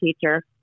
teacher